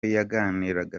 yaganiraga